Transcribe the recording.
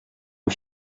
amb